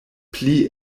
pli